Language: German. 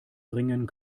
bringen